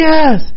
Yes